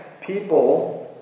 people